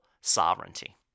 sovereignty